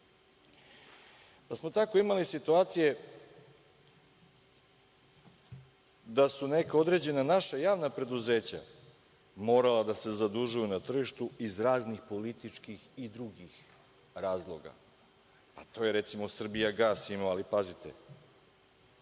smo situacije da su neka određena naša javna preduzeća morala da se zadužuju na tržištu iz raznih političkih i drugih razloga, a to je recimo, „Srbijagas“ ima, ali pazite: